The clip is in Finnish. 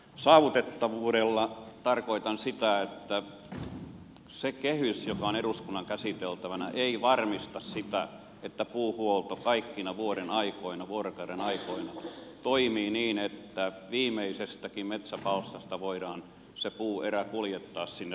saavutettavuudella tarkoitan sitä että se kehys joka on eduskunnan käsiteltävänä ei varmista sitä että puuhuolto kaikkina vuodenaikoina vuorokaudenaikoina toimii niin että viimeisestäkin metsäpalstasta voidaan se puuerä kuljettaa sinne lähimmälle tehtaalle